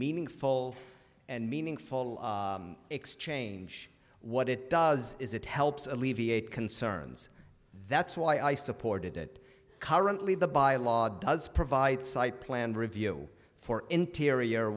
meaningful and meaningful exchange what it does is it helps alleviate concerns that's why i supported it currently the by law does provide sight plan review for interior